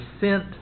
sent